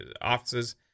offices